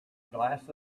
glass